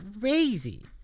crazy